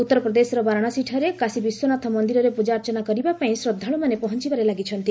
ଉତ୍ତରପ୍ରଦେଶର ବାରଣାସୀଠାରେ କାଶୀ ବିଶ୍ୱନାଥ ମନ୍ଦିରରେ ପୂଜାର୍ଚ୍ଚନା କରିବା ପାଇଁ ଶ୍ରଦ୍ଧାଳୁମାନେ ପହଞ୍ଚବାରେ ଲାଗିଛନ୍ତି